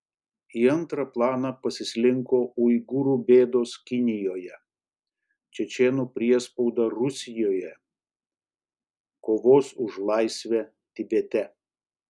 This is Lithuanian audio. į antrą planą pasislinko uigūrų bėdos kinijoje čečėnų priespauda rusijoje kovos už laisvę tibete